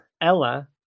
Ella